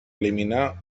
eliminar